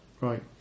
Right